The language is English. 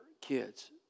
kids